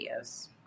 videos